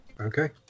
Okay